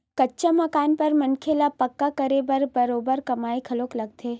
कच्चा माल बर मनखे ल पक्का करे बर बरोबर कमइया घलो लगथे